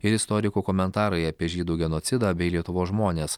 ir istorikų komentarai apie žydų genocidą bei lietuvos žmones